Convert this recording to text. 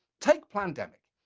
take plandemic.